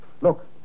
Look